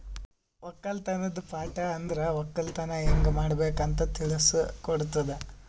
ಒಕ್ಕಲತನದ್ ಪಾಠ ಅಂದುರ್ ಒಕ್ಕಲತನ ಹ್ಯಂಗ್ ಮಾಡ್ಬೇಕ್ ಅಂತ್ ತಿಳುಸ್ ಕೊಡುತದ